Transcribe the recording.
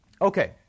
Okay